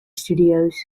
studios